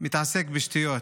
מתעסק בשטויות,